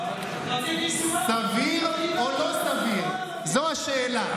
לא, רציתי תשובה, סביר או לא סביר, זו השאלה.